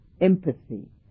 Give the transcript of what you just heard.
empathy